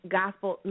gospel